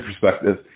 perspective